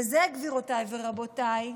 וזה, גבירותיי ורבותיי,